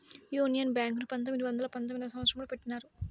union Bank ను పంతొమ్మిది వందల పంతొమ్మిదవ సంవచ్చరంలో పెట్టినారు